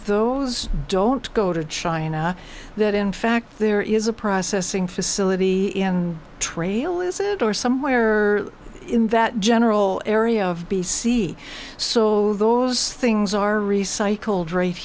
those don't go to china that in fact there is a processing facility in trail is it or somewhere in that general area of b c so those things are recycled right